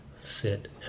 sit